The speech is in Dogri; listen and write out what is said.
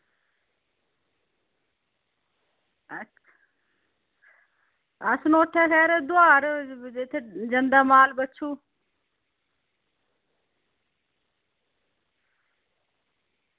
ते उत्थें मतलब दुआर जंदा माल बच्छु